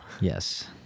yes